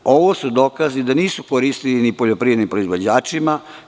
Ovo su dokazi da nisu koristile ni poljoprivrednim proizvođačima.